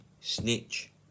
snitch